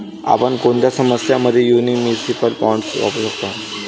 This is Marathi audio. आपण कोणत्या समस्यां मध्ये म्युनिसिपल बॉण्ड्स वापरू शकतो?